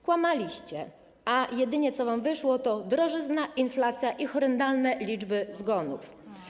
Kłamaliście, a jedyne co wam wyszło, to drożyzna, inflacja i horrendalne liczby zgonów.